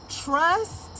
Trust